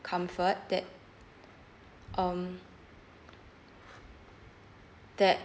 comfort that um that